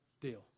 deal